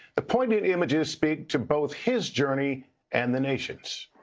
the poignant images speak to both his journey and the nation's.